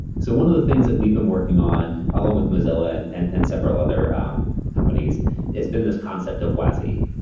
so one of the things that we've been working on along with mozilla and and and several other um companies is been this concept of wasi,